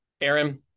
Aaron